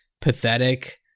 pathetic